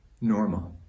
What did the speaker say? normal